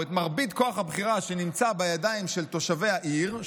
או את מרבית כוח הבחירה שנמצא בידיים של תושבי העיר,